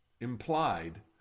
implied